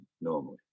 normally